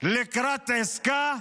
לקראת עסקה.